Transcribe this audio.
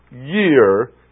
year